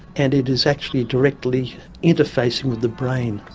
and it is actually directly interfacing with the brain.